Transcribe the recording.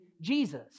Jesus